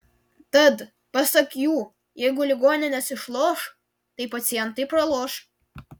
tad pasak jų jeigu ligoninės išloš tai pacientai praloš